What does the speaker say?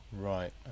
Right